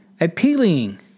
appealing